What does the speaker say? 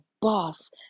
boss